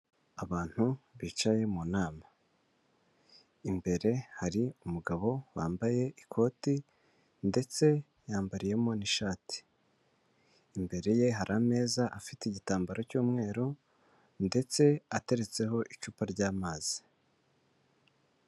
Abantu bicaye mu nama, imbere hari umugabo wambaye ikoti ndetse yambariyemo n'ishati, imbere ye hari ameza afite igitambaro cy'umweru ndetse ateretseho icupa ry'amazi.